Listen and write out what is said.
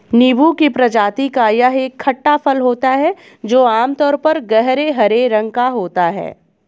नींबू की प्रजाति का यह एक खट्टा फल होता है जो आमतौर पर गहरे हरे रंग का होता है